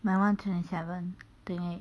my [one] twenty seven twenty eight